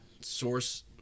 source